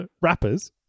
Rappers